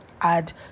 add